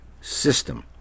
system